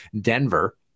Denver